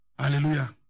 Hallelujah